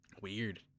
weird